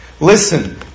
Listen